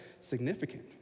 significant